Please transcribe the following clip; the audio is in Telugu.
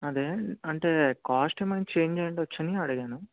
అదే అంటే కాస్ట్ ఏమైనా చేంజ్ అయి ఉండవచ్చు అని అడిగాను